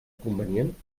convenient